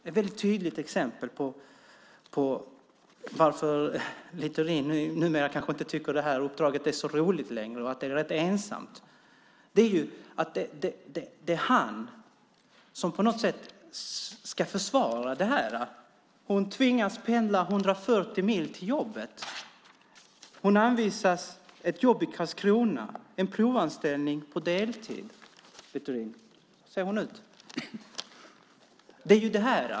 Det här är ett av de exempel som gör att Littorin förmodligen inte tycker att hans uppdrag är så roligt längre och att det är rätt ensamt. Det är ju han som ska försvara detta. Se personen och tidningsrubriken: "Hon tvingas pendla 140 mil till jobbet." Hon anvisas ett jobb i Karlskrona, en provanställning på deltid. Så här ser hon ut, Littorin!